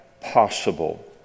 possible